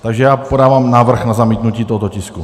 Takže já podávám návrh na zamítnutí tohoto tisku.